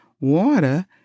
water